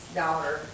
daughter